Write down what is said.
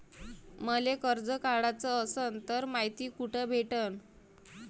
मले कर्ज काढाच असनं तर मायती कुठ भेटनं?